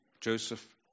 Joseph